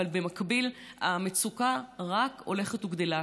אבל במקביל המצוקה רק הולכת וגדלה,